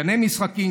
גני משחקים,